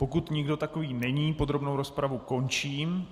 Pokud nikdo takový není, podrobnou rozpravu končím.